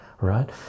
right